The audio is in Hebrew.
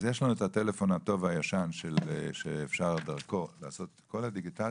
אז יש להם את הטלפון הטוב והישן שאפשר דרכו לעשות את כל הדיגיטציה,